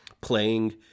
playing